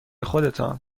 خودتان